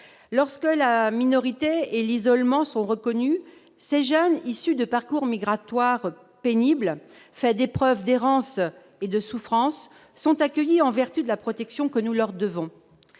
Lorsque la minorité et l'isolement sont reconnus, les jeunes issus de parcours migratoires pénibles, faits d'épreuves, d'errances et de souffrances, sont accueillis en vertu de la protection que nous leur devons.